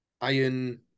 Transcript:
Iron